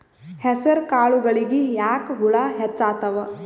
ಹೆಸರ ಕಾಳುಗಳಿಗಿ ಯಾಕ ಹುಳ ಹೆಚ್ಚಾತವ?